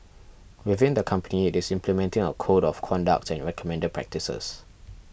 within the company it is implementing a code of conduct and recommended practices